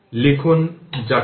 সুতরাং vR vL 0